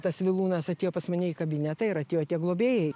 tas vilūnas atėjo pas mane į kabinetą ir atėjo tie globėjai